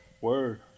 Word